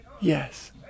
Yes